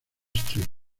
street